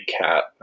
cat